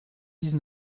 dix